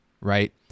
right